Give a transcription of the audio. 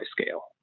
scale